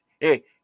Hey